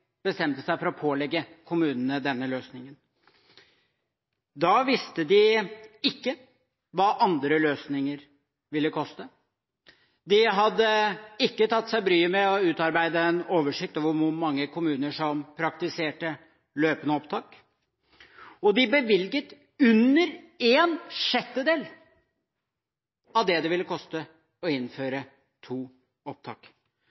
bestemte seg for å pålegge kommunene denne løsningen. Da visste de ikke hva andre løsninger ville koste. De hadde ikke tatt seg bryet med å utarbeide en oversikt over hvor mange kommuner som praktiserte løpende opptak, og de bevilget under en sjettedel av det det ville koste å innføre to opptak.